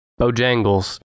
Bojangles